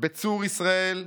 בצור ישראל,